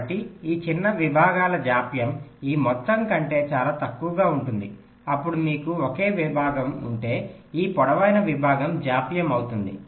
కాబట్టి ఈ చిన్న విభాగాల జాప్యం ఈ మొత్తం కంటే చాలా తక్కువగా ఉంటుంది అప్పుడు మీకు ఒకే విభాగం ఉంటే ఈ పొడవైన విభాగం జాప్యం అవుతుంది